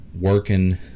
working